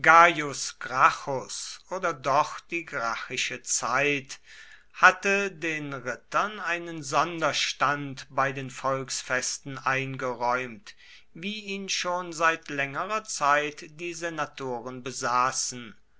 oder doch die gracchische zeit hatte den rittern einen sonderstand bei den volksfesten eingeräumt wie ihn schon seit längerer zeit die senatoren besaßen